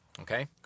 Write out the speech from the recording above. Okay